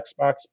Xbox